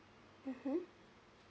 mmhmm